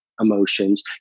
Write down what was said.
emotions